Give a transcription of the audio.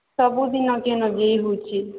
ସବୁ ଦିନ କିନ୍ ଯିଇ ହଉଛି